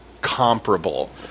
comparable